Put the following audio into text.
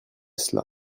cela